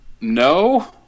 No